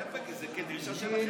זאת דרישה שלכם.